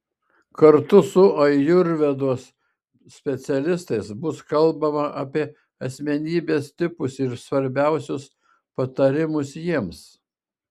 kartu su ajurvedos specialistais bus kalbama apie asmenybės tipus ir svarbiausius patarimus jiems